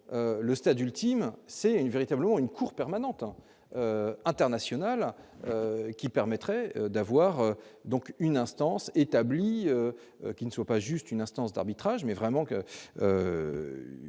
le stade ultime, c'est véritablement une cour permanente internationale qui permettrait d'avoir donc une instance qui ne soit pas juste une instance d'arbitrage mais vraiment qu'une instance pérenne